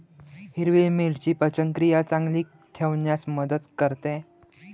हिरवी मिरची पचनक्रिया चांगली ठेवण्यास मदत करते